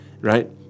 right